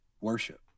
worship